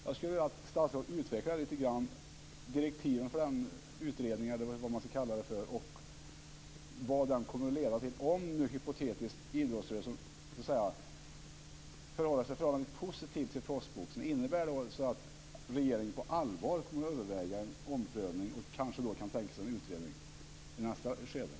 Jag skulle vilja att statsrådet lite grann utvecklade direktiven för den här utredningen och vad den kommer att leda till om idrottsrörelsen hypotetiskt skulle förhålla sig positiv till proffsboxningen. Skulle det innebära att regeringen på allvar skulle överväga en omprövning och kanske kan tänka sig en utredning?